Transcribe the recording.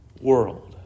World